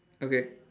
okay